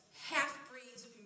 half-breeds